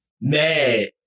mad